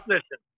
Listen